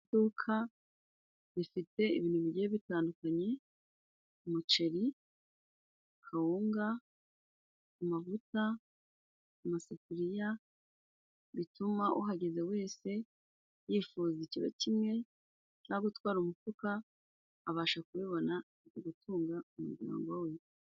Iduka rifite ibintu bigiye bitandukanye. umuceri, kawunga, amavuta, amasafuriya. Bituma uhageze wese yifuza ikiro kimwe cangwa gutwara umufuka, abasha kubibona akajya gutunga umuryango we.